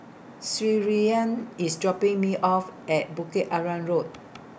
Shirleyann IS dropping Me off At Bukit Arang Road